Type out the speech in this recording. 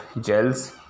gels